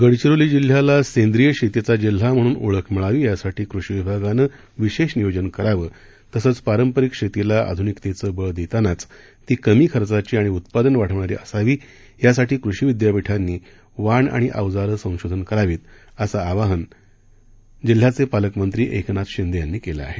गडचिरोली जिल्ह्याला सेंद्रीय शेतीचा जिल्हा म्हणून ओळख मिळावी यासाठी कृषी विभागानं विशेष नियोजन करावं तसंच पारंपरिक शेतीला आधुनिकतेचेचं बळ देतानाच ती कमी खर्चाची आणि उत्पादन वाढविणारी असावी यासाठी कृषी विद्यापीठांनी वाण आणि अवजारं संशोधन करावं असं आवाहन जिल्ह्याचे पालकमंत्री एकनाथ शिंदे यांनी केलं आहे